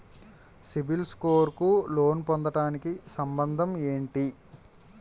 CIBIL score కు loan పొందటానికి సంబంధం ఏంటి?